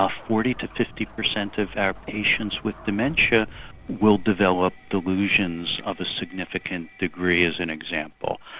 ah forty to fifty per cent of our patients with dementia will develop delusions of a significant degree as an example.